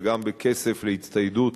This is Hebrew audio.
וגם בכסף להצטיידות